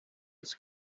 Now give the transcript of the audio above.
its